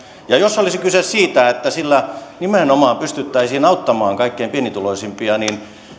jos olisi kyse siitä että sillä nimenomaan pystyttäisiin auttamaan kaikkein pienituloisimpia niin